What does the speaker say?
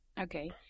Okay